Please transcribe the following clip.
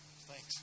Thanks